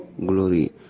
glory